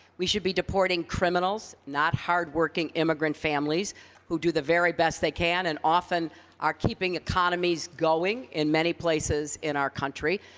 we should be deporting criminals, not hardworking immigrant families who do the very best they can and often are keeping economies going in many places in our country.